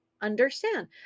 understand